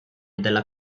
della